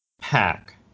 pack